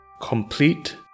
complete